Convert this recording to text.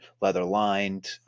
leather-lined